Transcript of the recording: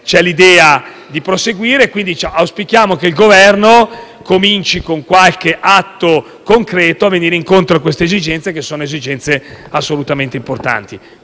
c'è l'idea di proseguire. Auspichiamo quindi che il Governo cominci con qualche atto concreto a venire incontro a queste esigenze, che sono assolutamente importanti.